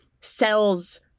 cells